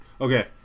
Okay